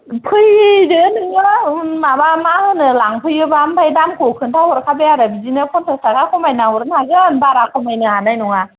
फैदो नोङो माबा मा होनो लांफैयोबा ओमफ्राय दामखौ खिनथाहरखाबाय आरो बिदिनो पनसास ताखा खमायना हरनो हागोन बारा खमायना हरनो हानाय नङा